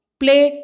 play